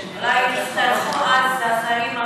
שיבואו יותר חברי קואליציה.